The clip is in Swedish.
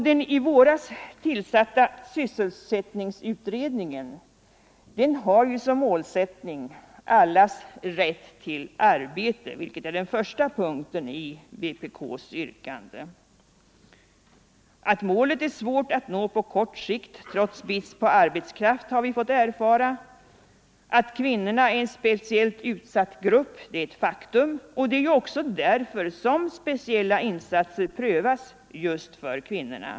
Den i våras tillsatta sysselsättningsutredningen har ju som målsättning allas rätt till arbete, vilket är den första punkten i vpk:s yrkande. Att målet är svårt att nå på kort sikt trots brist på arbetskraft har vi fått erfara. Att kvinnorna är en speciellt utsatt grupp är ett faktum, och det är därför som speciella insatser prövas just för kvinnorna.